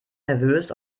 nervös